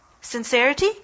Sincerity